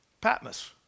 Patmos